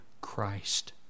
Christ